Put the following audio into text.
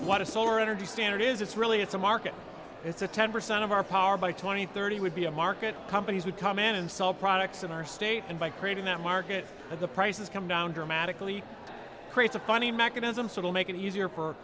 what a solar energy standard is it's really it's a market it's a ten percent of our power by twenty thirty would be a market companies would come in and sell products of our state and by creating that market the prices come down dramatically creates a funny mechanism so it'll make it easier for